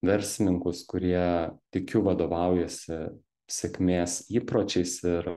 verslininkus kurie tikiu vadovaujasi sėkmės įpročiais ir